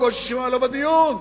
גבולות 67' לא בדיון.